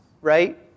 right